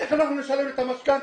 איך אנחנו נשלם את המשכנתה?